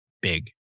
Big